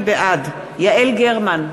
בעד יעל גרמן,